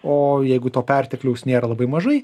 o jeigu to pertekliaus nėra labai mažai